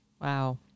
wow